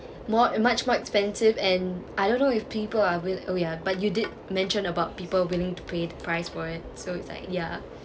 more much more expensive and I don't know if people are will~ oh ya but you did mention about people willing to pay the price for it so it's like ya